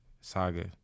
saga